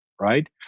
right